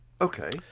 Okay